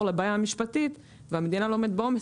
לבעיה המשפטית והמדינה לא עומדת בעומס,